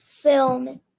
film